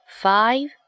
Five